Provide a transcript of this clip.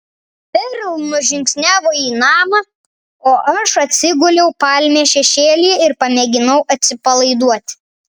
perl nužingsniavo į namą o aš atsiguliau palmės šešėlyje ir pamėginau atsipalaiduoti